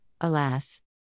Alas